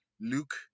Luke